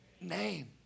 name